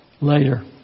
later